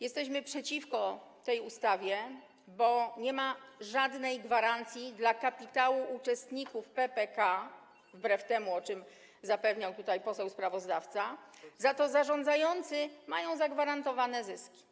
Jesteśmy przeciwko tej ustawie, bo nie ma żadnej gwarancji dla kapitału uczestników PPK wbrew temu, o czym zapewniał tutaj poseł sprawozdawca, za to zarządzający mają zagwarantowane zyski.